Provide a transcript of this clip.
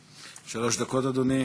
שלוש דקות, אדוני.